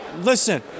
listen